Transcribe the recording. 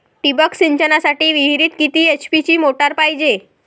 ठिबक सिंचनासाठी विहिरीत किती एच.पी ची मोटार पायजे?